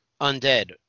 undead